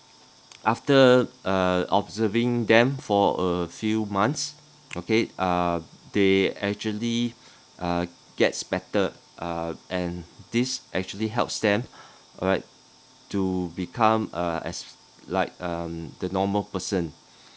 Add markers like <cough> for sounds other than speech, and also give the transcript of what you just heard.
after uh observing them for a few months okay uh they actually <breath> uh gets better uh and this actually helps them <breath> alright to become uh as like um the normal person <breath>